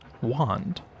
wand